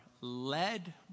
led